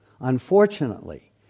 Unfortunately